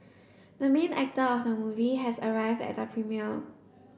the main actor of the movie has arrived at the premiere